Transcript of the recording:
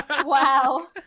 Wow